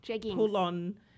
pull-on